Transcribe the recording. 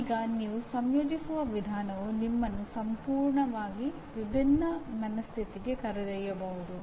ಈಗ ನೀವು ಸಂಯೋಜಿಸುವ ವಿಧಾನವು ನಿಮ್ಮನ್ನು ಸಂಪೂರ್ಣವಾಗಿ ವಿಭಿನ್ನ ಮನಸ್ಥಿತಿಗೆ ಕರೆದೊಯ್ಯಬಹುದು